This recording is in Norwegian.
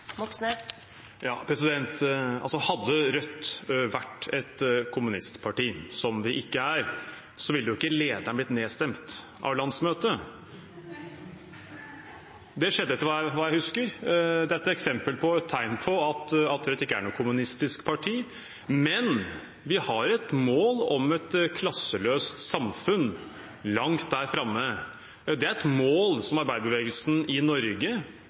Hadde Rødt vært et kommunistparti, som det ikke er, ville jo ikke lederen blitt nedstemt av landsmøtet. Det skjedde, etter hva jeg husker. Det er et eksempel og et tegn på at Rødt ikke er noe kommunistisk parti. Men vi har et mål om et klasseløst samfunn langt der framme. Det er et mål som arbeiderbevegelsen i Norge,